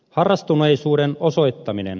harrastuneisuuden osoittaminen